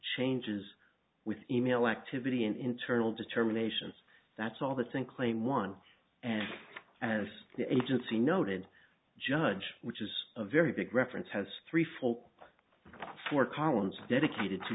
changes with email activity and internal determinations that's all the same claim one and as the agency noted judge which is a very big reference has three full four columns dedicated to